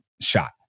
shot